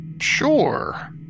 sure